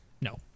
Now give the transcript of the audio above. No